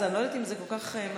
אז אני לא יודעת אם זה כל כך מתאים.